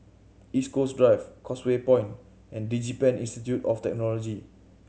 East Coast Drive Causeway Point and DigiPen Institute of Technology